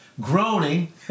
groaning